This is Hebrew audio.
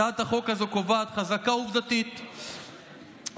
הצעת החוק הזו קובעת חזקה עובדתית שלפיה